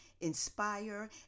inspire